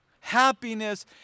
happiness